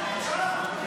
נמצא.